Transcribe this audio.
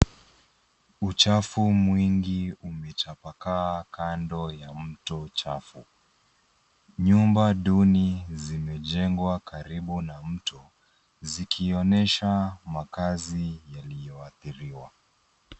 Uchafu mwingi umetapakaa kando ya mto chafu. Nyumba duni zimejengwa karibu na mto zikionyesha makazi yaliyo adhiriwa.